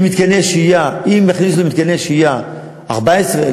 אם ייכנסו למתקני שהייה 14,000,